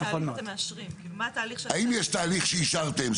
האם יש תהליך שאישרתם?